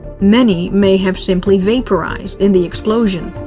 many may have simply vaporized in the explosion.